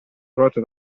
trovato